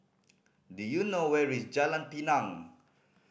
do you know where is Jalan Pinang